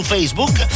Facebook